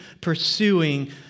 pursuing